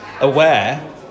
aware